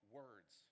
words